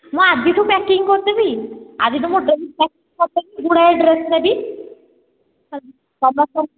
ମୁଁ ଆଜିଠୁ ପ୍ୟାକିଂ କରିଦେବି ଆଜିଠୁ ମୁଁ ଡେଲି ପ୍ୟାକିଂ କରିଦେବି ଗୁଡ଼ାଏ ଡ୍ରେସ୍ ନେବି ସମସ୍ତଙ୍କୁ